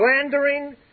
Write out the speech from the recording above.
slandering